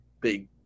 big